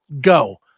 go